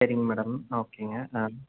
சரிங்க மேடம் ஓகேங்க நான்